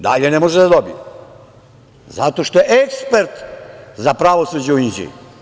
Dalje ne može da dobije zato što je ekspert za pravosuđe u Inđiji.